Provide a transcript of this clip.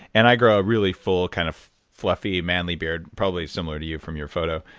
and i grow a really full kind of fluffy manly beard, probably similar to you from your photo.